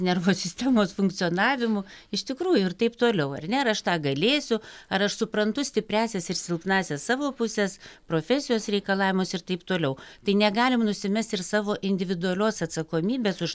nervo sistemos funkcionavimu iš tikrųjų ir taip toliau ar ne ar aš tą galėsiu ar aš suprantu stipriąsias ir silpnąsias savo puses profesijos reikalavimus ir taip toliau tai negalim nusimest ir savo individualios atsakomybės už